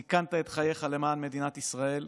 סיכנת את חייך למען מדינת ישראל,